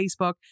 Facebook